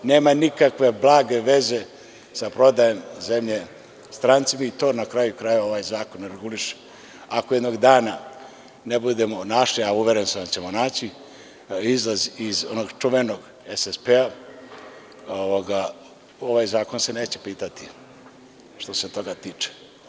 Nema blage veze sa prodajom zemlje strancima i to na kraju krajeva ovaj zakon reguliše ako jednog dana ne budemo našli, a uveren sam da ćemo naći izlaz iz onog čuvenog SSP, ovaj zakon se neće pitati šta se toga tiče.